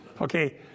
Okay